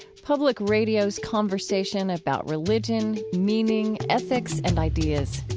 public radio's conversation about religion, meaning, ethics and ideas.